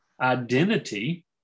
identity